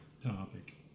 topic